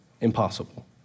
impossible